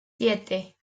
siete